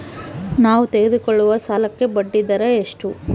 ನಾವು ತೆಗೆದುಕೊಳ್ಳುವ ಸಾಲಕ್ಕೆ ಬಡ್ಡಿದರ ಎಷ್ಟು?